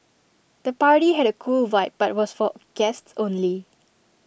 the party had A cool vibe but was for guests only